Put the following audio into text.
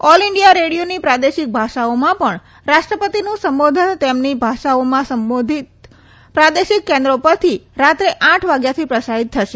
all India રેડીયોની પ્રાદેશિક ભાષાઓમાં પણ રાષ્ટ્રપતિનું સંબોધન તેમની ભાષાઓમાં સંબંધિત પ્રાદેશિક કેન્દ્રો પરથી રાત્રે આઠ વાગ્યાથી પ્રસારિત થશે